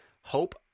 Hope